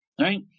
right